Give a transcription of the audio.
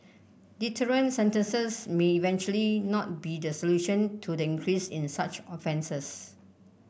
deterrent sentences may eventually not be the solution to the increase in such offences